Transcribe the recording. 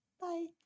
Bye